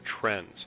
trends